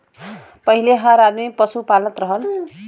पहिले हर आदमी पसु पालत रहल